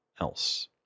else